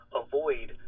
avoid